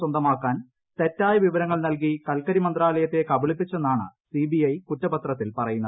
സ്വന്തമാക്കാൻ തെറ്റായ വിവരങ്ങൾ നൽകി കൽക്കരി മന്ത്രാലയത്തെ കബളിപ്പിച്ചെന്നാണ് സിബിഐ കുറ്റപത്രത്തിൽ പറയുന്നത്